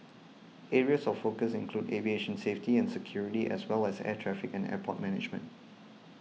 areas of focus include aviation safety and security as well as air traffic and airport management